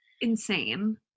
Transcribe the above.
Insane